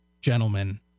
gentlemen